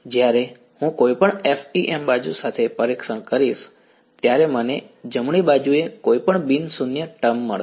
જ્યારે હું કોઈપણ FEM બાજુ સાથે પરીક્ષણ કરીશ ત્યારે મને જમણી બાજુએ કોઈપણ બિન શૂન્ય ટર્મ મળશે